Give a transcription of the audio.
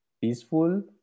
peaceful